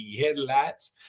headlights